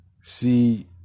see